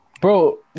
Bro